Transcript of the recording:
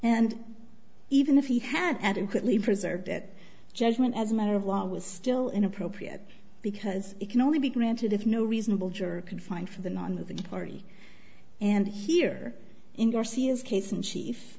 and even if he had adequately preserved that judgment as a matter of law was still inappropriate because it can only be granted if no reasonable juror could find for the nonmoving party and here in garcia's case in chief